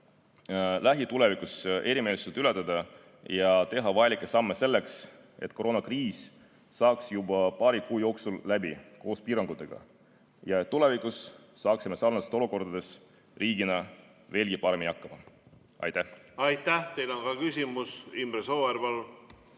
lähitulevikus erimeelsused ületada ja teha vajalikke samme selleks, et koroonakriis saaks juba paari kuu jooksul läbi koos piirangutega ja et tulevikus saaksime sarnastes olukordades riigina veelgi paremini hakkama. Aitäh! Teile on ka küsimus. Imre Sooäär,